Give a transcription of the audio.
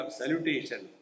salutation